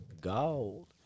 gold